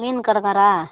மீன் கடக்காரரா